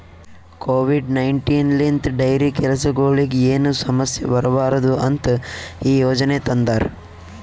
Covid nineteen ಲಿಂತ್ dairy ಕೆಲಸಗೊಳಿಗ್ ಏನು ಸಮಸ್ಯ ಬರಬಾರದು ಅಂತ್ ಈ ಯೋಜನೆ ತಂದಾರ್